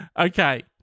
Okay